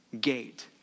gate